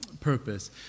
purpose